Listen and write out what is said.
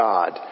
God